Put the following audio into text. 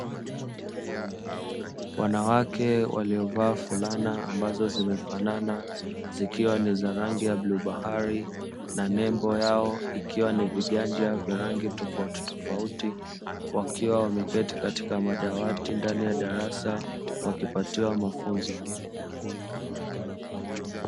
Wanawake waliovaa fulana ambazo zimefanana, zikiwa ni za rangi ya blue bahari na nembo yao ikiwa ni viganja vya rangi tofauti tofauti, wakiwa wameketi katika madawati ndani ya darasa wakipatiwa mafunzo.